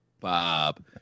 Bob